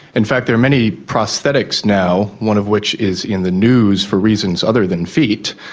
in fact there are many prosthetics now, one of which is in the news for reasons other than feet.